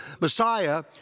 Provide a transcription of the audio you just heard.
Messiah